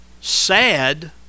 sad